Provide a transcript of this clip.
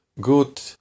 good